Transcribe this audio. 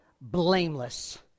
blameless